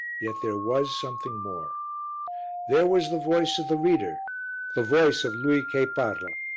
yet there was something more there was the voice of the reader the voice of lui che parla.